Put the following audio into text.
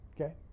okay